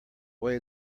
way